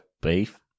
Beef